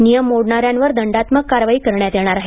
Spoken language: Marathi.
नियम मोडणाऱ्यांवर दंडात्मक कारवाई करण्यात येणार आहे